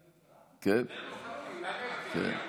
המליאה, כן.